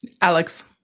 Alex